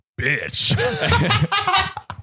bitch